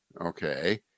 okay